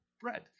bread